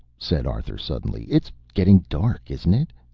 said arthur, suddenly. it's getting dark, isn't it?